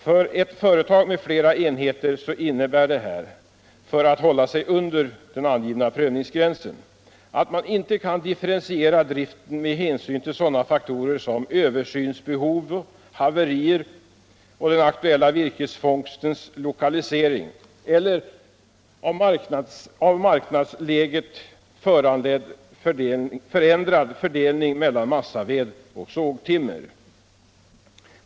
För ett företag med flera enheter innebär detta, för att hålla sig under den angivna prövningsgränsen, att man inte kan differentiera driften med hänsyn till sådana faktorer som översynsbehov, haverier och den aktuella virkesfångstens lokalisering eller av marknadsläget ändrad fördelning mellan massaved och sågtimmer.